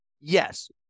Yes